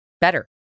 better